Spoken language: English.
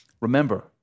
Remember